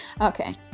okay